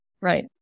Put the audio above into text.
Right